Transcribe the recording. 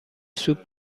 سوپ